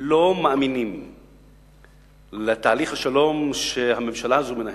לא מאמינים לתהליך השלום שהממשלה הזאת מנהלת,